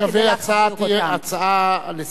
זה שווה הצעה לסדר-היום.